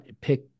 pick